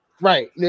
right